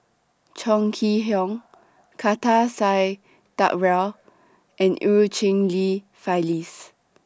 Chong Kee Hiong Kartar Singh Thakral and EU Cheng Li Phyllis